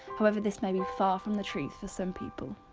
however this may be far from the truth for some people